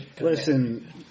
Listen